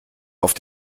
auf